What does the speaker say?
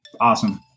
awesome